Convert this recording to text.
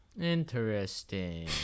Interesting